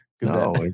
No